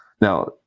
Now